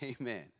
Amen